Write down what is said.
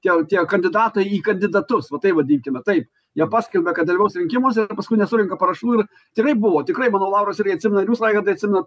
tie tie kandidatai į kandidatus va tai vadinkime tai jie paskelbia kad dalyvaus rinkimuose paskui nesurenka parašų ir tikrai buvo tikrai manau lauras irgi atsimena ir jūs raigardai atsimenat